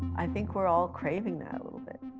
i think we're all craving that a little bit.